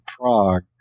Prague